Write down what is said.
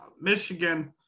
Michigan –